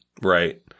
Right